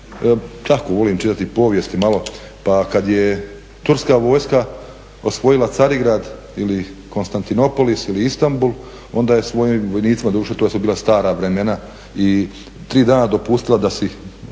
tako volim čitati povijest malo, pa kad je turska vojska osvojila Carigrad ili Konstantinopolis ili Istanbul onda je svojim vojnicima, doduše to su bila stara vremena i tri dana dopustila da si